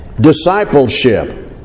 Discipleship